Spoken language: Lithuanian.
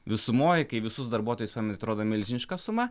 visumoj kai visus darbuotojus atrodo milžiniška suma